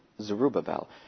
Zerubbabel